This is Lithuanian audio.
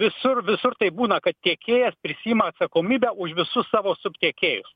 visur visur taip būna kad tiekėjas prisiima atsakomybę už visus savo subtiekėjus